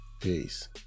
Peace